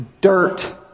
dirt